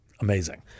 amazing